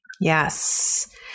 Yes